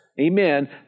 amen